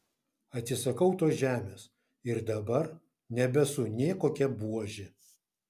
atsisakau tos žemės ir dabar nebesu nė kokia buožė